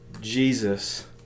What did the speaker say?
Jesus